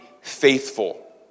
faithful